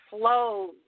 flows